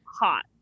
hot